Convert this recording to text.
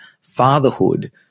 fatherhood